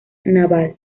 naval